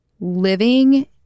Living